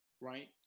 right